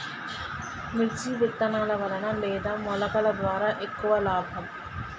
మిర్చి విత్తనాల వలన లేదా మొలకల ద్వారా ఎక్కువ లాభం?